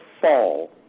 fall